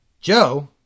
Joe